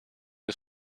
che